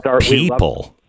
people